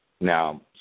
Now